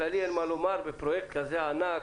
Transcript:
על פרויקט כזה ענק,